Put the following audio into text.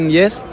yes